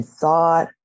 thought